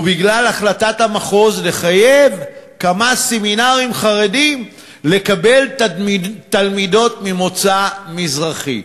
ובגלל החלטת המחוז לחייב כמה סמינרים חרדיים לקבל תלמידות ממוצא מזרחי,